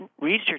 research